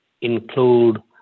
include